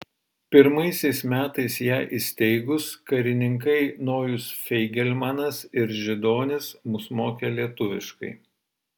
pirmaisiais metais ją įsteigus karininkai nojus feigelmanas ir židonis mus mokė lietuviškai